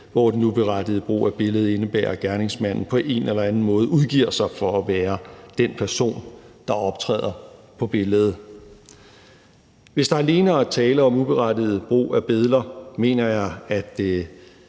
hvor den uberettigede brug af billedet indebærer, at gerningsmanden på en eller anden måde udgiver sig for at være den person, der optræder på billedet. Hvis der alene er tale om uberettiget brug af billeder, mener jeg, at